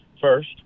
first